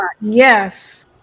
Yes